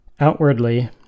Outwardly